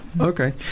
Okay